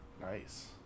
Nice